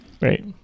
Right